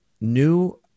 new